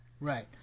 right